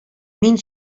мин